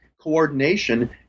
coordination